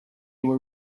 were